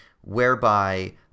whereby